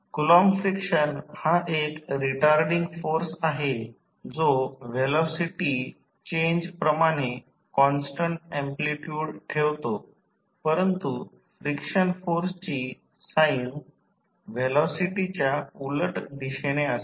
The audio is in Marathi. कुलॉंम फ्रिक्शन हा एक रिटार्डिंग फोर्स आहे जो व्हेलॉसिटी चेंज प्रमाणे कॉन्स्टन्ट अँप्लिट्युड ठेवतो परंतु फ्रिक्शन फोर्सची साइन व्हेलॉसिटीच्या उलट दिशेने असते